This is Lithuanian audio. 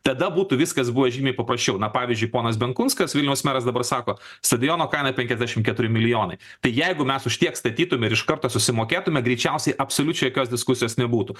tada būtų viskas buvę žymiai paprasčiau na pavyzdžiui ponas benkunskas vilniaus meras dabar sako stadiono kaina penkiasdešimt keturi milijonai tai jeigu mes už tiek statytum ir iš karto susimokėtume greičiausiai absoliučiai jokios diskusijos nebūtų